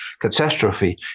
catastrophe